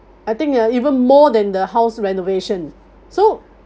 I think ya even more than the house renovation so